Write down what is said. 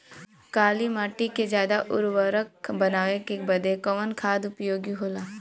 काली माटी के ज्यादा उर्वरक बनावे के बदे कवन खाद उपयोगी होला?